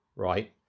Right